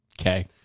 Okay